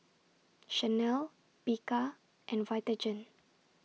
Chanel Bika and Vitagen